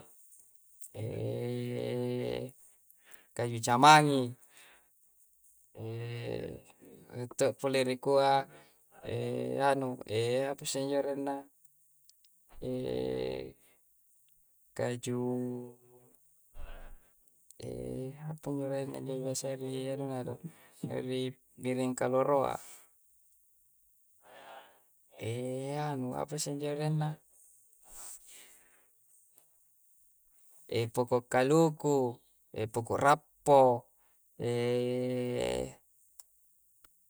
kaju camangi, rie' to' pole rikua anu, apasse injo arenna? kajuuu apanjo arenna biasayya ri anua do, ri biring kaloroa? apasse injo arenna? poko' kaluku, epoko' rappo',